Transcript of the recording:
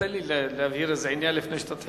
תן לי להבהיר איזה עניין לפני שתתחיל